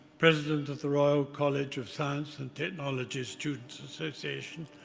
president of the royal college of science and technology students' association,